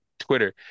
twitter